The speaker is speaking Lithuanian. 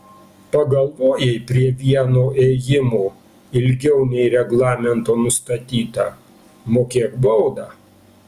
pagalvojai prie vieno ėjimo ilgiau nei reglamento nustatyta mokėk baudą